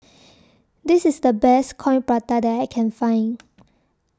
This IS The Best Coin Prata that I Can Find